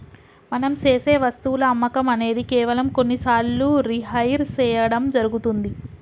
మనం సేసె వస్తువుల అమ్మకం అనేది కేవలం కొన్ని సార్లు రిహైర్ సేయడం జరుగుతుంది